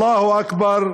אללהו אכבר,